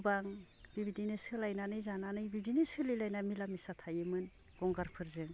गोबां बेबायदिनो सोलायनानै जानानै बिदिनो सोलिलायना मिला मिसा थायोमोन गंगारफोरजों